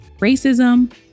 racism